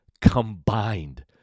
combined